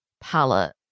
palette